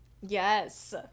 Yes